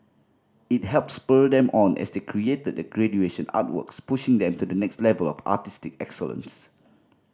it helped spur them on as they created their graduation artworks pushing them to the next level of artistic excellence